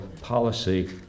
policy